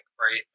right